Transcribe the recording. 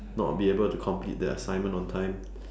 not be able to complete the assignment on time